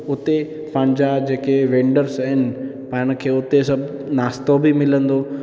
हुते पंहिंजा जेके वेंडर्स आहिनि पाण खे हुते सभु नाश्तो बि मिलंदो